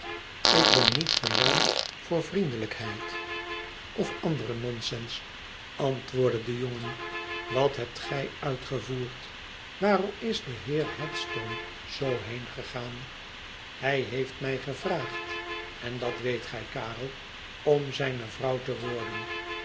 ik ben niet geluimd voor vriendelijkheid of anderen nonsens antwoordde de jongen wat hebt gij uitgevoerd waarom is de beer headstone z heengegaan hij heeft mij gevraagd en dat weet gij karel om zijne vrouw te worden